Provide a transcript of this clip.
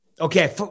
Okay